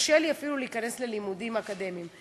קשה לי אפילו להיכנס ללימודים אקדמיים.